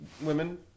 women